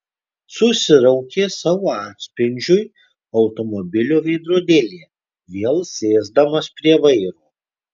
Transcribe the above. susiraukė savo atspindžiui automobilio veidrodėlyje vėl sėsdamas prie vairo